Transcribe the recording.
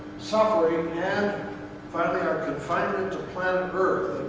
suffering, and finally, our confinement to planet earth.